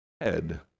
head